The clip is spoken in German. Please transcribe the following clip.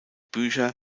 bücher